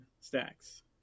stacks